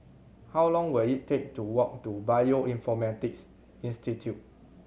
how long will it take to walk to Bioinformatics Institute